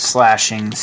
Slashing